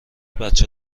بچه